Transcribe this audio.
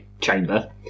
chamber